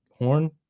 horn